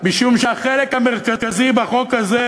אף פעם משום שהחלק המרכזי בחוק הזה,